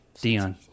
Dion